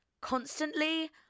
constantly